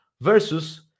versus